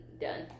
done